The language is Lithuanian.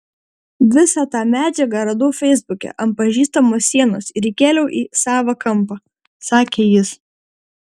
visą tą medžiagą radau feisbuke ant pažįstamo sienos ir įkėliau į savą kampą sakė jis